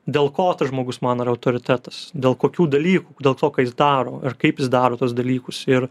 dėl ko tas žmogus man ar autoritetas dėl kokių dalykų dėl to ką jis daro ir kaip jis daro tuos dalykus ir